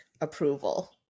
approval